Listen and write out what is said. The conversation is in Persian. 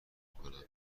کنم